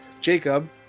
jacob